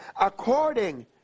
according